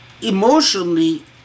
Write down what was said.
emotionally